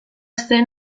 zen